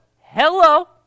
Hello